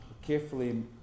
carefully